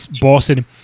Boston